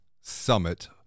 summit